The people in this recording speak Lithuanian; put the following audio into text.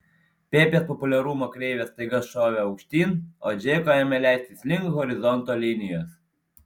pepės populiarumo kreivė staiga šovė aukštyn o džeko ėmė leistis link horizonto linijos